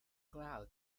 cloud